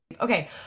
Okay